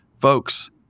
Folks